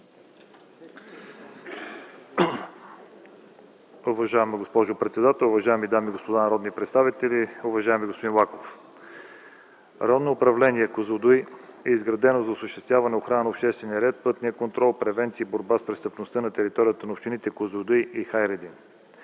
Уважаема госпожо председател, уважаеми дами и господа народни представители, уважаеми господин Лаков! Районно управление – Козлодуй, е изградено за осъществяване охрана на обществения ред, пътния контрол, превенция и борба с престъпността на територията на общините Козлодуй и Хайредин,